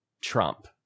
Trump